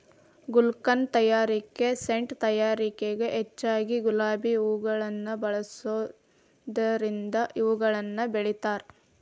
ಗುಲ್ಕನ್ ತಯಾರಿಕೆ ಸೇಂಟ್ ತಯಾರಿಕೆಗ ಹೆಚ್ಚಗಿ ಗುಲಾಬಿ ಹೂವುನ ಬಳಸೋದರಿಂದ ಇವುಗಳನ್ನ ಬೆಳಸ್ತಾರ